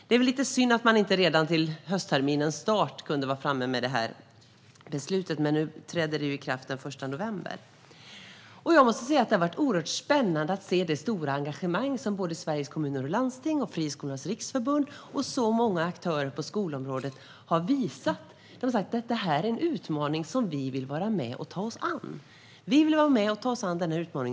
Det är lite synd att man inte redan till höstterminens start kunde vara framme med detta beslut, men nu träder det i kraft den 1 november. Jag måste säga att det har varit oerhört spännande att se det stora engagemang som Sveriges kommuner och landsting, Friskolornas riksförbund och många andra aktörer på skolområdet har visat. De har sagt: Detta är en utmaning vi vill vara med och ta oss an. Vi vill vara med och ta oss an denna utmaning.